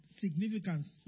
significance